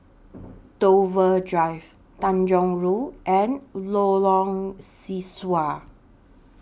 Dover Drive Tanjong Rhu and Lorong Sesuai